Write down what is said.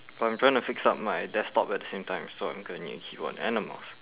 well I'm trying to fix up my desktop at the same time so I'm gonna need a keyboard and a mouse